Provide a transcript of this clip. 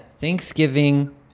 Thanksgiving